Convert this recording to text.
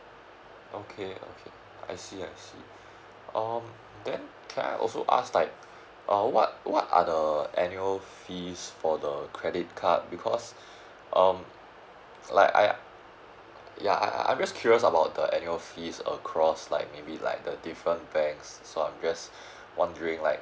okay okay I see I see um then can I also ask like uh what what are the annual fees for the credit card because um like I I ya I'm just curious about the annual fees across like maybe like the different banks so I'm just wondering like